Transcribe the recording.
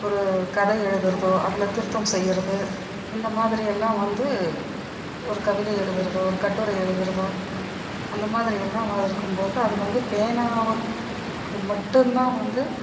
ஒரு கதை எழுதுகிறதோ அதில் திருத்தம் செய்கிறது இந்த மாதிரியெல்லாம் வந்து ஒரு கவிதை எழுதுறதோ ஒரு கட்டுரை எழுதுறதோ அந்த மாதிரியெல்லாம் இருக்கும்போது அது வந்து பேனாவுக்கு மட்டும்தான் வந்து